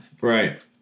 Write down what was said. Right